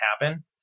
happen